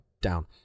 down